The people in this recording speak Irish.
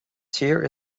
tír